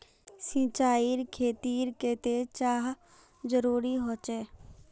सिंचाईर खेतिर केते चाँह जरुरी होचे?